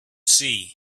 see